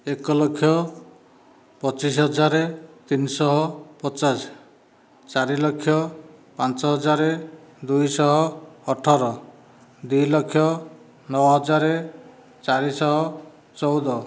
ଏକଲକ୍ଷ ପଚିଶ ହଜାର ତିନିଶହ ପଚାଶ ଚାରିଲକ୍ଷ ପାଞ୍ଚହଜାର ଦୁଇଶହ ଅଠର ଦୁଇଲକ୍ଷ ନ ହଜାର ଚାରିଶହ ଚଉଦ